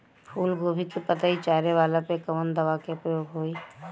फूलगोभी के पतई चारे वाला पे कवन दवा के प्रयोग होई?